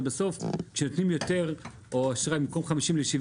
שבסוף כשנותנים יותר או אשראי במקום 50 ל-70,